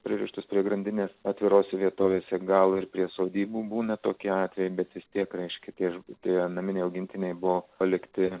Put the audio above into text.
pririštus prie grandinės atvirose vietovėse gal ir prie sodybų būna tokie atvejai bet vis tiek reiškia viešbutyje naminiai augintiniai buvo palikti